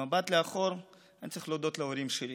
במבט לאחור אני צריך להודות להורים שלי,